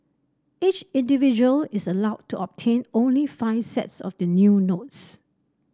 each individual is allowed to obtain only five sets of the new notes